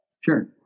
Sure